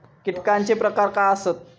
कीटकांचे प्रकार काय आसत?